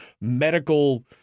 medical